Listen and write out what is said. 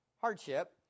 hardship